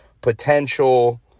potential